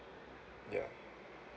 ya